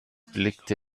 blickte